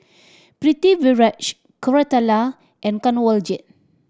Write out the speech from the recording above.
Pritiviraj Koratala and Kanwaljit